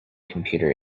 computer